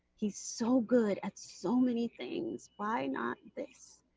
he's so good at so many things. why not this?